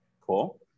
cool